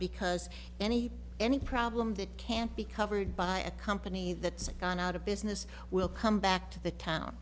because any any problem that can't be covered by a company that's gone out of business will come back to the town